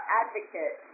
advocate